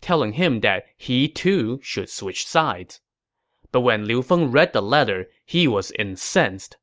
telling him that he, too, should switch sides but when liu feng read the letter, he became incensed